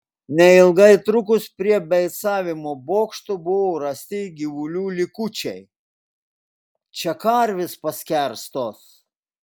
neilgai trukus prie beicavimo bokšto buvo rasti gyvulių likučiai čia karvės paskerstos